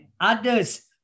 others